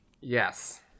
Yes